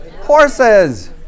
Horses